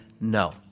no